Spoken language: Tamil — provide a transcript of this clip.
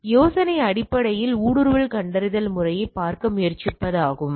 இந்த யோசனை அடிப்படையில் ஊடுருவல் கண்டறிதல் முறையைப் பார்க்க முயற்சிப்பதாகும்